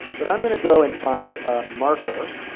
but i'm going to go and find a marker.